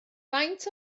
faint